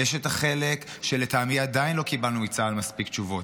יש את החלק שלטעמי עדיין לא קיבלנו עליו מצה"ל מספיק תשובות,